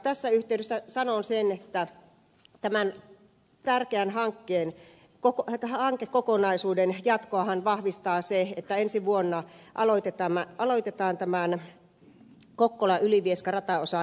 tässä yhteydessä sanon sen että tämän tärkeän hankekokonaisuuden jatkoahan vahvistaa se että ensi vuonna aloitetaan kokkolaylivieska kaksoisraiteen rakentamisen valmistelu